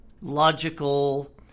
logical